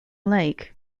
lake